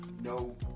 no